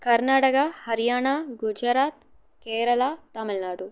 Karnataka Haryana Gujarat Kerala Tamil Nadu